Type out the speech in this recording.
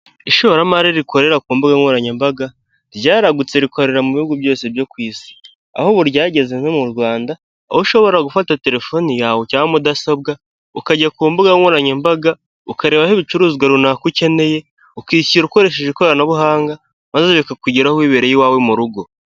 Ishoramari rikorera ku mbuga nkoranyambaga ryaragutse rikorera mu bihugu byose byo ku isi, aho ubu ryagezewe mu Rwanda, aho ushobora gufata telefoni yawe cyangwa mudasobwa, ukajya ku mbuga nkoranyambaga ukareba aho ibicuruzwa runaka ukeneye, ukishyura ukoresheje ikoranabuhanga maze bikakugeraho wibereye iwawe mu rugo.